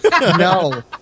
No